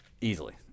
Easily